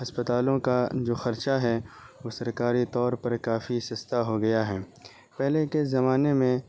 ہسپتالوں کا جو خرچہ ہے وہ سرکاری طور پر کافی سستا ہو گیا ہے پہلے کے زمانے میں